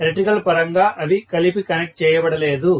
electrical పరంగా అవి కలిపి కనెక్ట్ చేయబడలేదు